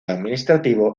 administrativo